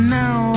now